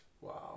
Wow